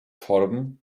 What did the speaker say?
torben